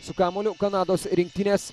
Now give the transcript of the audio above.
su kamuoliu kanados rinktinės